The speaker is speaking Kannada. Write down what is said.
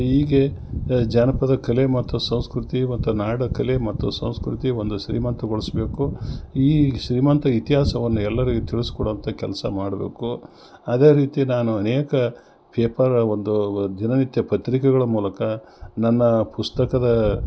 ಈಗ ಜಾನಪದ ಕಲೆ ಮತ್ತು ಸಂಸ್ಕೃತಿ ಮತ್ತು ನಾಡ ಕಲೆ ಮತ್ತು ಸಂಸ್ಕೃತಿ ಒಂದು ಶ್ರೀಮಂತಗೊಳಿಸ್ಬೇಕು ಈ ಶ್ರೀಮಂತ ಇತಿಹಾಸವನ್ನು ಎಲ್ಲರಿಗೆ ತಿಳಿಸ್ಕೊಡುವಂಥ ಕೆಲಸ ಮಾಡಬೇಕು ಅದೇ ರೀತಿ ನಾನು ಅನೇಕ ಪೇಪರ್ ಒಂದು ದಿನ ನಿತ್ಯ ಪತ್ರಿಕೆಗಳ ಮೂಲಕ ನನ್ನ ಪುಸ್ತಕದ